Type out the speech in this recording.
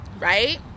right